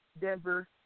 Denver